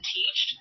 teach